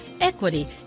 equity